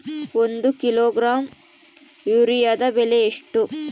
ಒಂದು ಕಿಲೋಗ್ರಾಂ ಯೂರಿಯಾದ ಬೆಲೆ ಎಷ್ಟು?